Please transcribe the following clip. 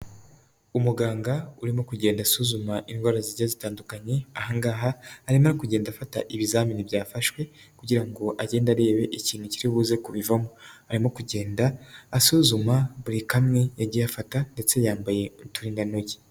Umuganga urimo kugenda asuzuma indwara zigiye zitandukanye, ahangaha arimo kugenda afata ibizamini byafashwe kugira ngo agenda arebe ikintu kiri bu kubivamo, arimo kugenda asuzuma buri kamwe yagiye afata, ndetse yambaye uturindantoki.